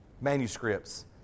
manuscripts